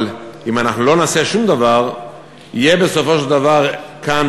אם אנחנו לא נעשה שום דבר יהיו בסופו של דבר כאן,